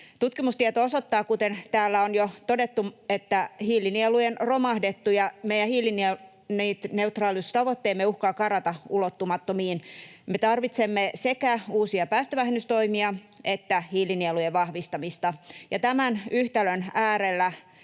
Tutkimustieto osoittaa, kuten täällä on jo todettu, että hiilinielujen romahdettua meidän hiilineutraaliustavoitteemme uhkaa karata ulottumattomiin. Me tarvitsemme sekä uusia päästövähennystoimia että hiilinielujen vahvistamista, ja tämän yhtälön äärellä